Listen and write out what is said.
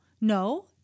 No